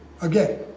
again